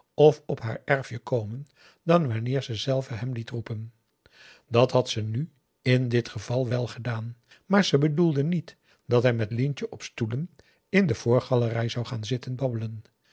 of op haar erfje komen dan wanneer ze zelve hem liet roepen dat had ze nu in dit geval wel gedaan maar ze bedoelde niet dat hij met lientje op stoelen in de voorgalerij zou gaan zitten